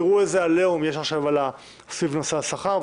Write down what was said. תראו איזה עליהום יש עכשיו סביב נושא השכר,